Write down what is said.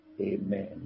Amen